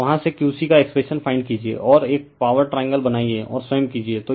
और वहाँ से Q c का एक्सप्रेशन फाइंड कीजिए और एक पॉवर ट्रायंगल बनाइए और स्वयं कीजिए